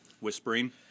whispering